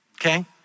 okay